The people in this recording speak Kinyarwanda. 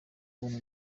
kubona